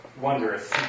Wondrous